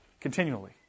Continually